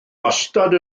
wastad